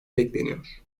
bekleniyor